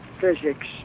physics